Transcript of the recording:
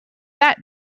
that